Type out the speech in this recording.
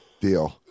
Deal